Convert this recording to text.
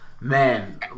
Man